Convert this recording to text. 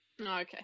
Okay